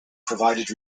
provided